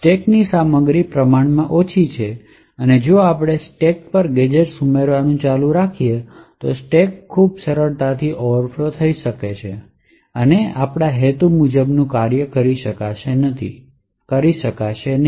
સ્ટેકની સામગ્રી પ્રમાણમાં ઓછી છે અને જો આપણે આ સ્ટેક પર ગેજેટ્સ ઉમેરવાનું ચાલુ રાખીએ તો સ્ટેક ખૂબ સરળતાથી ઓવરફ્લો થઈ શકે છે અને હેતુ મુજબ કાર્ય કરશે નહીં